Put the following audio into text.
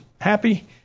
happy